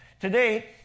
Today